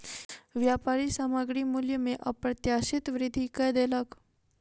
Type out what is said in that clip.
व्यापारी सामग्री मूल्य में अप्रत्याशित वृद्धि कय देलक